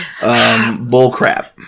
bullcrap